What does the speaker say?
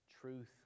truth